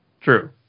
True